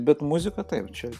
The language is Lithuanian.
bet muzika taip čia